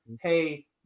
hey